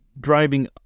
driving